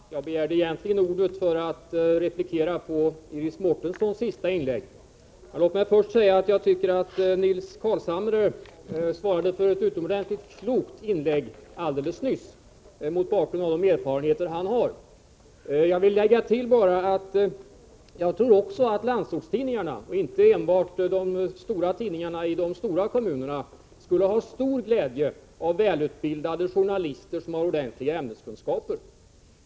Herr talman! Jag begärde egentligen ordet för att replikera på Iris Mårtenssons senaste inlägg. Men låt mig först säga att Nils Carlshamre svarade för ett utomordentligt klokt inlägg alldeles nyss mot bakgrund av de erfarenheter han har. Jag vill bara tillägga att också landsortstidningarna och inte enbart de stora tidningarna i de stora kommunerna skulle ha stor glädje av välutbildade journalister med ordentliga ämneskunskaper.